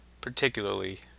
particularly